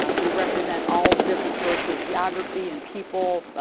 um we represent all different sorts of geography and people,